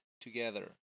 together